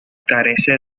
carece